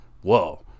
Whoa